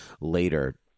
later